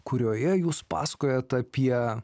kurioje jūs pasakojat apie